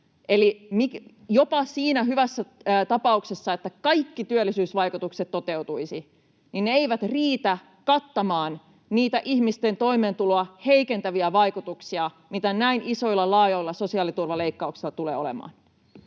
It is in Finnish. Eli jopa siinä hyvässä tapauksessa, että kaikki työllisyysvaikutukset toteutuisivat, ne eivät riitä kattamaan niitä ihmisten toimeentuloa heikentäviä vaikutuksia, mitä näin isoilla, laajoilla sosiaaliturvaleikkauksilla tulee olemaan.